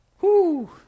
Whoo